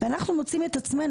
אנחנו מוצאים את עצמנו,